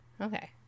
Okay